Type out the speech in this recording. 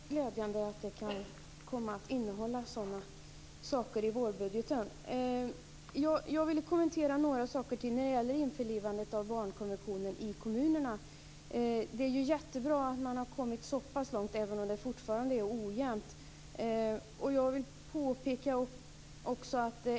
Fru talman! Det är ju glädjande att höra att vårbudgeten kan komma att innehålla sådana saker. Men jag vill kommentera några saker till. När det gäller införlivandet av barnkonventionen i kommunerna är det jättebra att man har kommit så pass långt, även om det fortfarande är ojämnt.